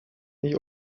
ich